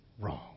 wrong